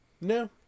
No